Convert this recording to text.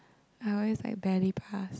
I always like barely pass